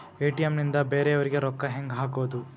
ATM ನಿಂದ ಬೇರೆಯವರಿಗೆ ರೊಕ್ಕ ಹೆಂಗ್ ಹಾಕೋದು?